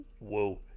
Whoa